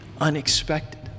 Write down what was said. unexpected